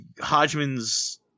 hodgman's